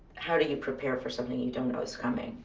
how do you prepare for something you don't know is coming?